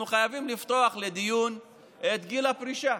אנחנו חייבים לפתוח לדיון את גיל הפרישה.